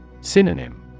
Synonym